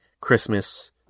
Christmas